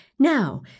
Now